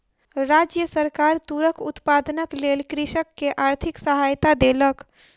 राज्य सरकार तूरक उत्पादनक लेल कृषक के आर्थिक सहायता देलक